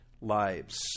lives